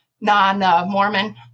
non-Mormon